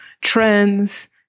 trends